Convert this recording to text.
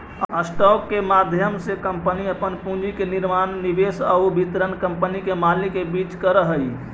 stock के माध्यम से कंपनी अपन पूंजी के निर्माण निवेश आउ वितरण कंपनी के मालिक के बीच करऽ हइ